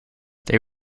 they